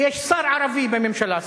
שיש שר ערבי בממשלה.